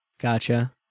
Gotcha